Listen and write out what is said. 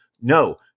no